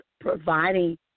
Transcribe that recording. providing